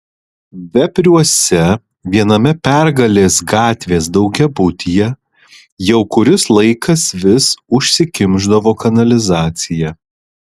vepriuose viename pergalės gatvės daugiabutyje jau kuris laikas vis užsikimšdavo kanalizacija